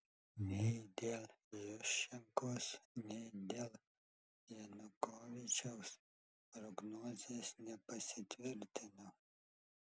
nei dėl juščenkos nei dėl janukovyčiaus prognozės nepasitvirtino